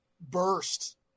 burst